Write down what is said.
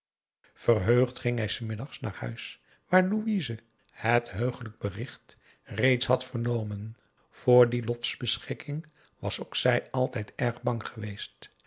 verheugd ging hij s middags naar huis waar louise het heuglijk bericht reeds had vernomen voor dien lotbeschikker was ook zij altijd erg bang geweest